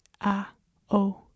A-O